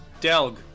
Delg